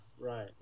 right